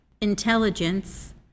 intelligence